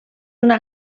una